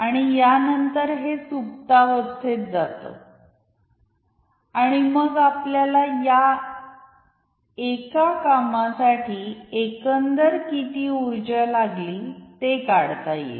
आणि यानंतर हे सुप्तावस्थेत जातं आणि मग आपल्याला या एका कामासाठी एकंदर किती ऊर्जा लागली ते काढता येईल